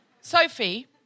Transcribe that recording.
Sophie